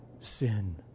sin